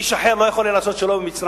איש אחר לא היה יכול לעשות שלום עם מצרים.